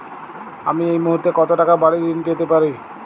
আমি এই মুহূর্তে কত টাকা বাড়ীর ঋণ পেতে পারি?